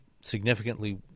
significantly